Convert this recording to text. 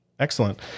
excellent